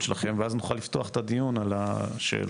שלכם ואז נוכל לפתוח את הדיון על השאלות.